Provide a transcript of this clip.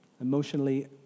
emotionally